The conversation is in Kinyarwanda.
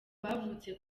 bavutse